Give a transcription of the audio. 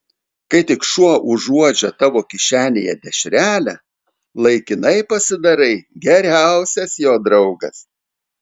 kai tik šuo užuodžia tavo kišenėje dešrelę laikinai pasidarai geriausias jo draugas